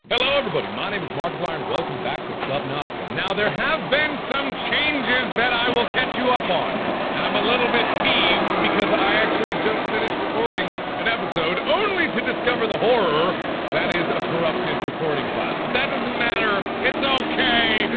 hello everybody, my name is markiplier, and welcome back to subnautica. now there has been some changes that i will catch you up on, and i am a little bit peeved because i actually just finished recording an episode only to discover the horror that is a corrupted recording file but that doesn't matter, it's okay.